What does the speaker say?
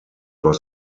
was